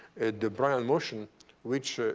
the brownian motion which